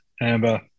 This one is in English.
amber